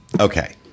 okay